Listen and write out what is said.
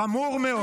חמור מאוד.